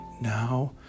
now